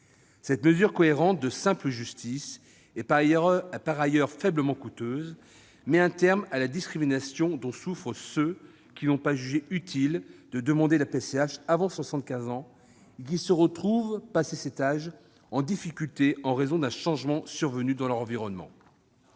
Cette mesure cohérente, de simple justice et par ailleurs faiblement coûteuse, met un terme à la discrimination dont souffrent ceux qui n'ont pas jugé utile de demander la PCH avant 75 ans et qui se retrouvent, passé cet âge, en difficulté en raison d'un changement survenu dans leur environnement.